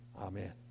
Amen